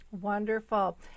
Wonderful